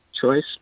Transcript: choice